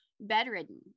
bedridden